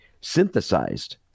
synthesized